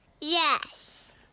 Yes